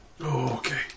Okay